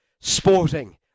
sporting